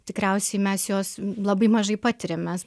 tikriausiai mes jos labai mažai patiriam mes